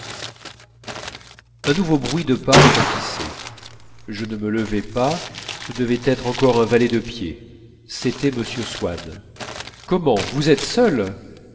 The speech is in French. un nouveau bruit de pas retentissait je ne me levais pas ce devait être encore un valet de pied c'était m swann comment vous êtes seul